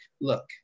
look